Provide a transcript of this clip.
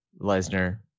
Lesnar